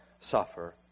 suffer